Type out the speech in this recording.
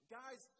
guys